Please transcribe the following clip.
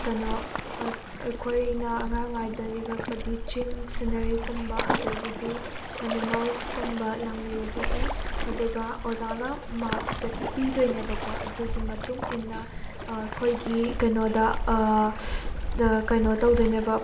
ꯀꯩꯅꯣ ꯑꯩꯈꯣꯏꯅ ꯑꯉꯥꯡ ꯑꯣꯏꯔꯤꯉꯩꯗ ꯌꯦꯛꯂꯛꯄꯗꯤ ꯆꯤꯡ ꯁꯤꯟꯅꯔꯤꯒꯨꯝꯕ ꯑꯗꯨꯗꯒꯤꯗꯤ ꯑꯦꯅꯤꯃꯦꯜꯁꯀꯨꯝꯕ ꯌꯥꯝꯅ ꯌꯦꯛꯂꯛꯑꯦ ꯑꯗꯨꯒ ꯑꯣꯖꯥꯅ ꯃꯥꯛꯁꯦ ꯄꯤꯗꯣꯏꯅꯦꯕꯀꯣ ꯑꯗꯨꯒꯤ ꯃꯇꯨꯡ ꯏꯟꯅ ꯑꯩꯈꯣꯏꯒꯤ ꯀꯩꯅꯣꯗ ꯀꯩꯅꯣ ꯇꯧꯗꯣꯏꯅꯦꯕ